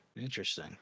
Interesting